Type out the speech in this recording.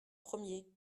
premier